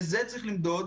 ואת זה צריך לבדוק.